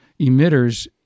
emitters